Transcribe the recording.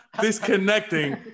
disconnecting